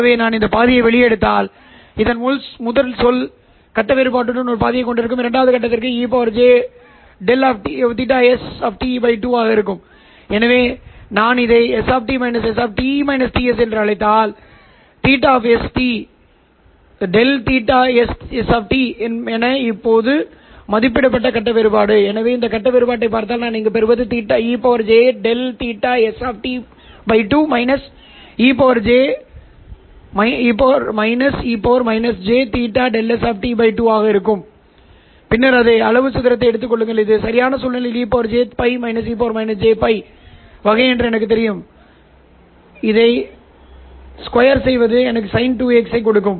ஆகவே நான் இந்த பாதியை வெளியே எடுத்தால் இந்த முதல் சொல் கட்ட வேறுபாட்டுடன் ஒரு பாதியைக் கொண்டிருக்கும் இரண்டாவது காலத்திற்கு ej∆θs 2 இருக்கும் எனவே நான் இதை s s என்று அழைத்தால் ∆θs என இப்போது மதிப்பிடப்பட்ட கட்ட வேறுபாடு எனவே இந்த கட்ட வேறுபாட்டைப் பார்த்தால் நான் இங்கு பெறுவது ej∆θs 2 -e j∆θs2 ஆகும் பின்னர் அளவு சதுரத்தை எடுத்துக் கொள்ளுங்கள் இது சரியான சூழ்நிலையின் ejx e jx வகை என்று எனக்குத் தெரியும் இரண்டு பாவம் x ஐத் தவிர வேறு எதுவும் இல்லை எனவே ஸ்கொயர் செய்வது எனக்கு sin2 x ஐக் கொடுக்கும்